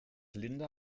linda